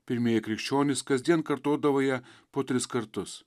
pirmieji krikščionys kasdien kartodavo ją po tris kartus